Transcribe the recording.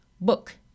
book